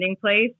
place